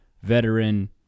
veteran